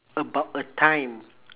about a time